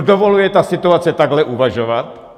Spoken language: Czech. Dovoluje ta situace takhle uvažovat?